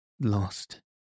Lost